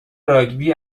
راگبی